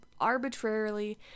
arbitrarily